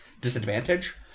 disadvantage